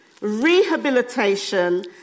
Rehabilitation